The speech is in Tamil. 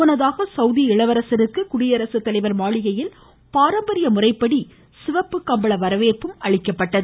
முன்னதாக சௌதி இளவரசருக்கு குடியரசுத்தலைவர் மாளிகையில் பாரம்பரிய முறைப்படி சிவப்பு கம்பள வரவேற்பு அளிக்கப்பட்டது